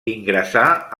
ingressà